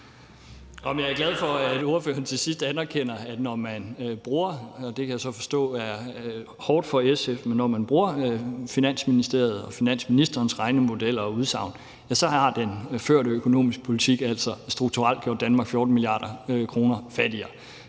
Jeg er glad for, at ordføreren til sidst anerkender – det kan jeg så forstå er hårdt for SF – at når man bruger Finansministeriet og finansministerens regnemodel og udsagn, ja, så har den førte økonomiske politik altså strukturelt gjort Danmark 14. mia. kr. fattigere.